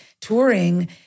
touring